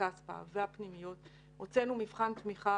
טור-כספא והפנימיות, הוצאנו מבחן תמיכה